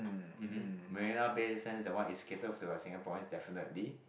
mmm hmm Marina-Bay-Sands that one is catered to a Singaporeans definitely